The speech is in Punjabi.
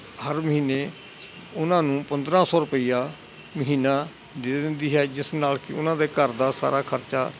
ਹਰ ਮਹੀਨੇ ਉਹਨਾਂ ਨੂੰ ਪੰਦਰ੍ਹਾਂ ਸੌ ਰੁਪਈਆ ਮਹੀਨਾ ਦੇ ਦਿੰਦੀ ਹੈ ਜਿਸ ਨਾਲ ਕਿ ਉਹਨਾਂ ਦੇ ਘਰ ਦਾ ਸਾਰਾ ਖਰਚਾ